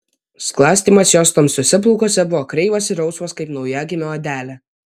sklastymas jos tamsiuose plaukuose buvo kreivas ir rausvas kaip naujagimio odelė